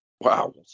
Wow